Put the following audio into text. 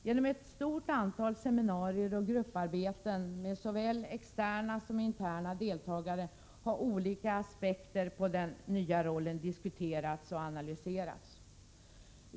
Genom ett stort antal seminarier och grupparbeten med såväl externa som interna deltagare har olika aspekter på den nya rollen diskuterats och analyserats.